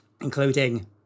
including